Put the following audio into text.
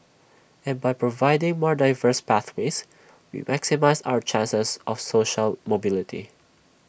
and by providing more diverse pathways we maximise our chances of social mobility